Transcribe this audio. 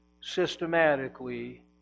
systematically